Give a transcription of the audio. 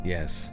Yes